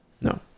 No